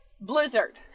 blizzard